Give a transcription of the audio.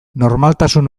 normaltasun